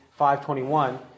5.21